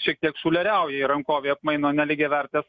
šiek tiek šuleriauja ir rankovėj apmaino nelygiavertes